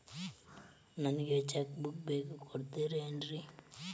ನಂಗ cheque book ಬೇಕು ಕೊಡ್ತಿರೇನ್ರಿ?